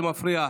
זה מפריע.